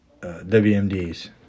WMDs